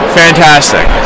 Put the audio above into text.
fantastic